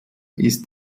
ist